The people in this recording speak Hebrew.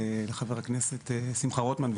חבר הכנסת שמחה רוטמן,